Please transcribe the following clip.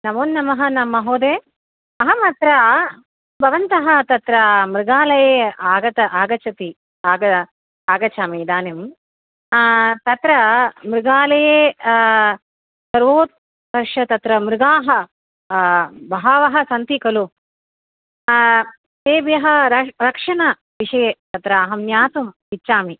नमो नमः न महोदय अहम् अत्र भवन्तः तत्र मृगालये आगता आगच्छति आग आगच्छामि इदानीं तत्र मृगालये सर्वोत् पश्य तत्र मृगाः बहवः सन्ति खलु तेभ्यः रक्ष् रक्षणविषये अत्र अहं ज्ञातुम् इच्छामि